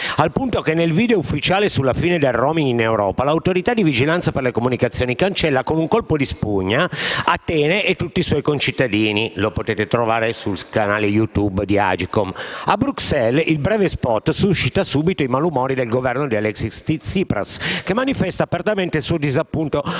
al punto che nel video ufficiale per la fine del *roaming* in Europa, l'Autorità di vigilanza per le telecomunicazioni cancella con un colpo di spugna Atene e tutti i suoi concittadini (lo potete trovare sul canale YouTube di Agcom). A Bruxelles, il breve *spot* suscita subito i malumori del Governo di Alexis Tsipras che manifesta apertamente il suo disappunto